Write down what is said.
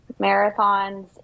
marathons